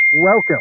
Welcome